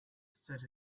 set